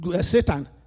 Satan